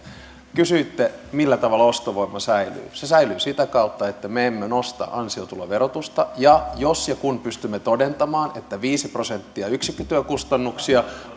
kysyitte millä tavalla ostovoima säilyy se säilyy sitä kautta että me emme nosta ansiotuloverotusta ja jos ja kun pystymme todentamaan että viisi prosenttia yksikkötyökustannuksia